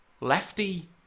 lefty